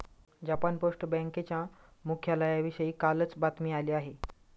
Japan post बँकेच्या मुख्यालयाविषयी कालच बातमी आली आहे